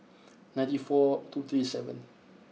ninety four two three seven